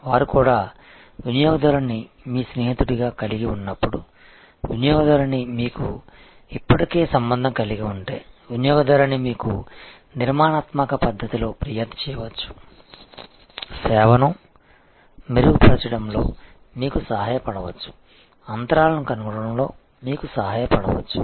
వారు కూడా వినియోగదారును మీ స్నేహితుడిగా కలిగి ఉన్నప్పుడు వినియోగదారుని మీకు ఇప్పటికే సంబంధం కలిగి ఉంటే వినియోగదారుని మీకు నిర్మాణాత్మక పద్ధతిలో ఫిర్యాదు చేయవచ్చు సేవను మెరుగుపరచడంలో మీకు సహాయపడవచ్చు అంతరాలను కనుగొనడంలో మీకు సహాయపడవచ్చు